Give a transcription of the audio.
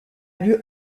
lieu